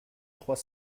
trois